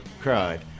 cried